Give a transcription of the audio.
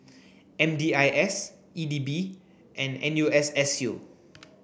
M D I S E D B and N U S S U